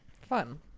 Fun